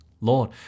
Lord